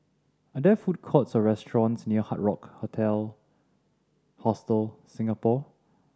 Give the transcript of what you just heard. are there food courts or restaurants near Hard Rock Hostel Singapore